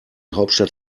hauptstadt